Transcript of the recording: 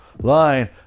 line